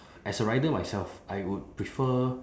as a rider myself I would prefer